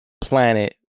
planet